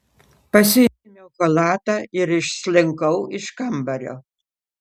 pasiėmiau chalatą ir išslinkau iš kambario